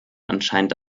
anscheinend